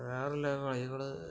വേറെയുള്ള കളികള്